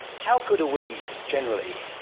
how good are we generally,